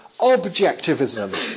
objectivism